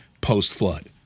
post-flood